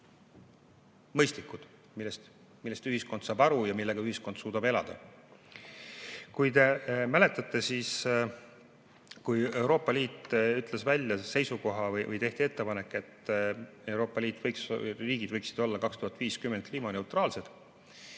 mõistlikud, millest ühiskond saab aru ja millega ühiskond suudab elada. Kui te mäletate, kui Euroopa Liit ütles välja seisukoha või tehti ettepanek, et Euroopa Liidu riigid võiksid olla 2050 kliimaneutraalsed,